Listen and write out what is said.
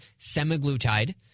semaglutide